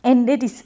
and that is